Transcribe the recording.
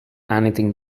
anything